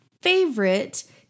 favorite